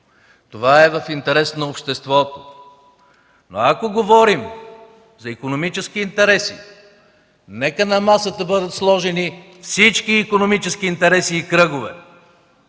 Това е в интерес на обществото. Но ако говорим за икономически интереси, нека на масата бъдат сложени всички икономически интереси и кръгове